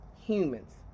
humans